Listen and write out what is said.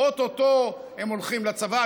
או-טו-טו הם הולכים לצבא,